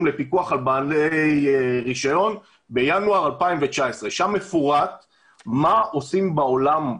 ופיקוח על בעלי רישיון ושם מפורט מה עושים בעולם,